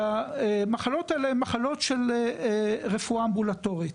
והמחלות האלה הן מחלות של רפואה אמבולטורית.